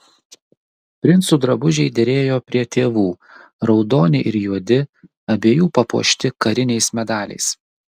princų drabužiai derėjo prie tėvų raudoni ir juodi abiejų papuošti kariniais medaliais